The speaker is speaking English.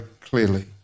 clearly